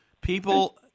people